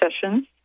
sessions